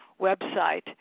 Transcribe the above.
website